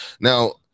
Now